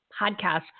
podcast